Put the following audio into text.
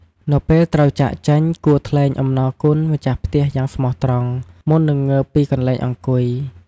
នៅពេលត្រូវចាកចេញ គួរថ្លែងអំណរគុណម្ចាស់ផ្ទះយ៉ាងស្មោះត្រង់ មុននឹងងើបពីកន្លែងអង្គុយ។